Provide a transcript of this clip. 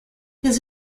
his